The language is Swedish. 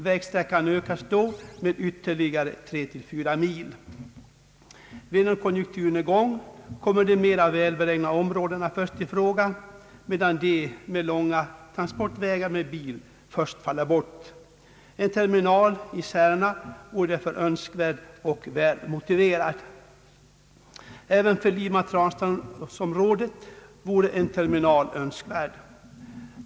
Vägsträckan ökas då med ytterligare 3—4 mil. Vid en konjunkturnedgång kommer de mera välbelägna områdena först i fråga, medan de med långa transportvägar med bil först faller bort. En terminal i Särna vore därför önskvärd och väl motiverad. Även för Lima— Transtrands-området vore en terminal önskvärd.